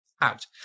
out